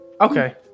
okay